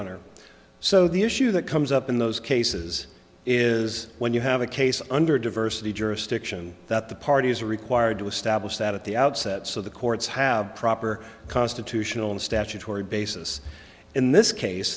honor so the issue that comes up in those cases is when you have a case under diversity jurisdiction that the parties are required to establish that at the outset so the courts have proper constitutional and statutory basis in this case